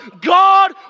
God